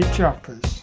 Choppers